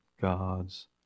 God's